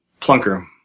Plunker